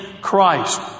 Christ